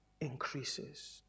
increases